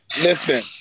listen